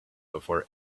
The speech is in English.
before